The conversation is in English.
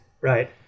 right